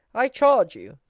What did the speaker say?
i charge you,